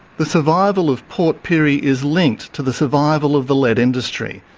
the survival of port pirie is linked to the survival of the lead industry,